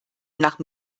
nach